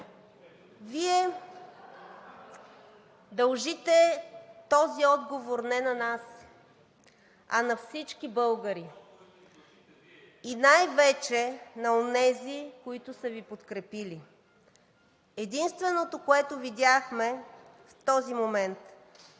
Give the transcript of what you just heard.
ги дължите Вие!“), а на всички българи и най-вече на онези, които са Ви подкрепили. Единственото, което видяхме в този момент,